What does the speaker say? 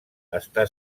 està